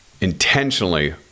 intentionally